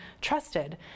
trusted